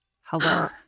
Hello